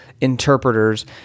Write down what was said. interpreters